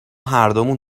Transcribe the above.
هردومون